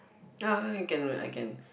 ya I can I can